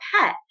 pet